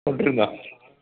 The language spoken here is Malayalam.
കൊണ്ടു വരുന്നതാണ്